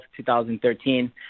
2013